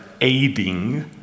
aiding